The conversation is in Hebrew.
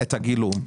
הגילום.